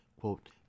quote